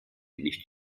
nicht